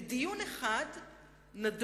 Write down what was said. בדיון אחד נדונו